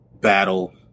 battle